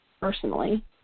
personally